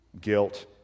guilt